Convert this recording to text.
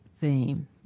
theme